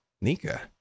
Nika